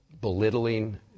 Belittling